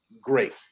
great